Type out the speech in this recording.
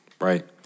right